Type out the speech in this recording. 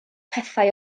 pethau